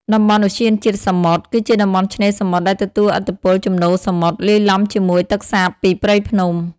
តំបន់ឧទ្យានជាតិសមុទ្រ គឺជាតំបន់ឆ្នេរសមុទ្រដែលទទួលឥទ្ធិពលជំនោរសមុទ្រ លាយឡំជាមួយទឹកសាបពីព្រៃភ្នំ។